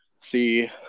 see